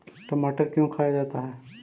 टमाटर क्यों खाया जाता है?